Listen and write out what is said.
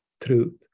truth